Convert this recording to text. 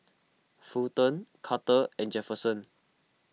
Fulton Carter and Jefferson